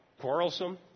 quarrelsome